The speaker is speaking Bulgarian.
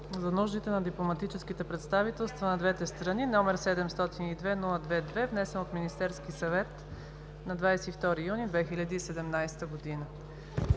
за нуждите на дипломатическите представителства на двете страни, № 702-02-2, внесен от Министерския съвет на 22 юни 2017 г.